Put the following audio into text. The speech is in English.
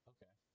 Okay